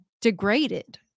degraded